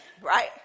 right